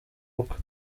bukwe